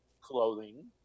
clothing